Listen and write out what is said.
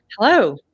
Hello